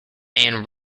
ann